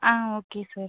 ah okay sir